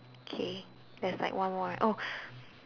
K there's like one more right oh